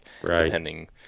depending